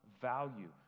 value